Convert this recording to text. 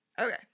Okay